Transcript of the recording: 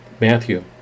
Matthew